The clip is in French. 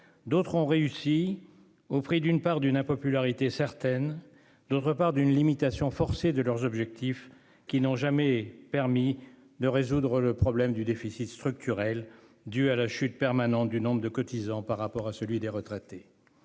D'autres ont réussi au prix d'une part d'une impopularité certaines. D'autre part d'une limitation forcée de leurs objectifs qui n'ont jamais permis de résoudre le problème du déficit structurel due à la chute permanent du nombre de cotisants par rapport à celui des retraités.